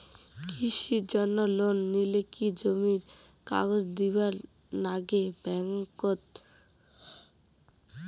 কৃষির জন্যে লোন নিলে কি জমির কাগজ দিবার নাগে ব্যাংক ওত?